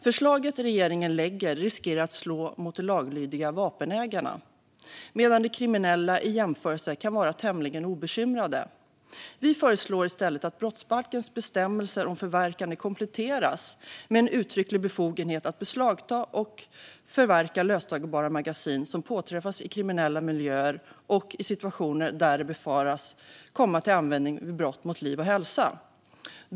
Förslaget som regeringen lägger fram riskerar att slå mot de laglydiga vapenägarna medan de kriminella i jämförelse kan vara tämligen obekymrade. Vi föreslår i stället att brottsbalkens bestämmelser om förverkande kompletteras med en uttrycklig befogenhet att beslagta och förverka löstagbara magasin som påträffas i kriminella miljöer och i situationer där de befaras komma till användning vid brott mot liv och hälsa.